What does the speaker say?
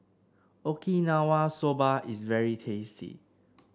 Okinawa Soba is very tasty